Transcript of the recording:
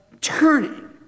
turning